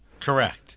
correct